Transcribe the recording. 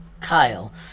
Kyle